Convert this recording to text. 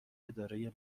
اداره